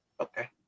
okay